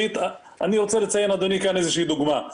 אני רוצה לציין כאן אדוני כאן איזושהי דוגמא.